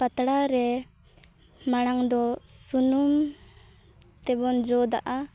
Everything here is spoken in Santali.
ᱯᱟᱛᱲᱟ ᱨᱮ ᱢᱟᱲᱟᱝ ᱫᱚ ᱥᱩᱱᱩᱢ ᱛᱮᱵᱚᱱ ᱡᱚᱫᱟᱜᱼᱟ